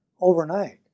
overnight